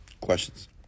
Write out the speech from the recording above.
Questions